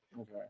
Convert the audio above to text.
Okay